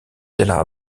della